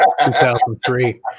2003